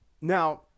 Now